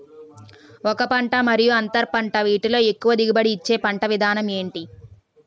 ఒక పంట మరియు అంతర పంట వీటిలో ఎక్కువ దిగుబడి ఇచ్చే పంట విధానం ఏంటి?